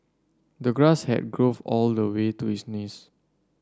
the grass had growth all the way to his knees